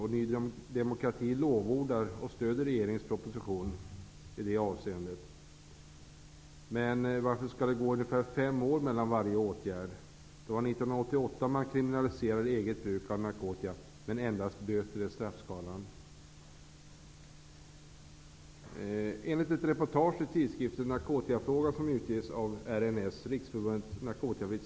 Ny demokrati lovordar och stöder regeringens proposition i det avseendet. Men varför skall det gå ungefär fem år mellan varje åtgärd? År 1988 kriminaliserade man eget bruk av narkotika, med endast böter i straffskalan.